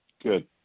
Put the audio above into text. good